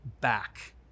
back